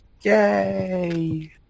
Yay